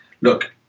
look